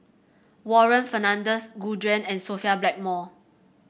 Warren Fernandez Gu Juan and Sophia Blackmore